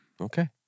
Okay